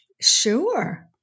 Sure